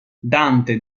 dante